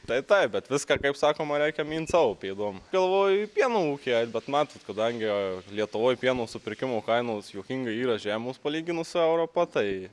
tai taip bet viską kaip sakoma reikia minti savo pėdom galvoju į pieno ūky eit bet matot kadangi lietuvoj pieno supirkimo kainos juokingai yra žemos palyginus su europa tai